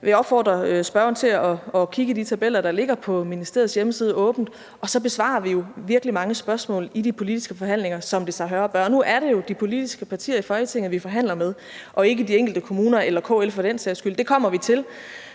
vil opfordre spørgeren til at kigge i de tabeller, der ligger åbent på ministeriets hjemmeside, og så besvarer vi jo virkelig mange spørgsmål i de politiske forhandlinger, som det sig hør og bør. Nu er det jo de politiske partier i Folketinget, som vi forhandler med, ikke de enkelte kommuner eller KL for den sags skyld – det kommer vi til,